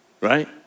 right